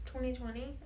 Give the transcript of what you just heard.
2020